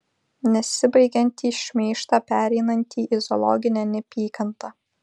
nesibaigiantį šmeižtą pereinantį į zoologinę neapykantą